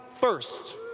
first